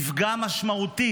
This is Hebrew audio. זה יפגע משמעותית